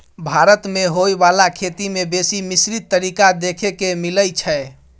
भारत मे होइ बाला खेती में बेसी मिश्रित तरीका देखे के मिलइ छै